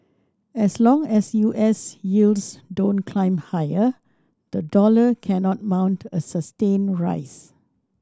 as long as U S yields don't climb higher the dollar cannot mount a sustained rise